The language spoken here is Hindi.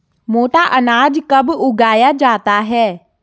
मोटा अनाज कब उगाया जाता है?